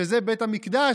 שזה בית המקדש,